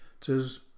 says